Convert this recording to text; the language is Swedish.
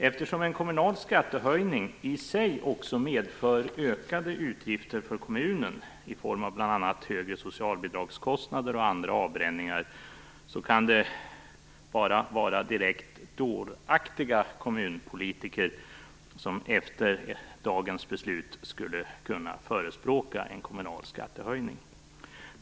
Eftersom en kommunal skattehöjning i sig också medför ökade utgifter för kommunen i form av bl.a. högre socialbidragskostnader och andra avbränningar kan det bara vara direkt dåraktiga kommunpolitiker som efter dagens beslut skulle förespråka en kommunal skattehöjning.